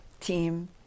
team